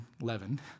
leaven